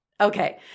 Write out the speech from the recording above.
Okay